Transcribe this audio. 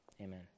Amen